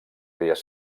dies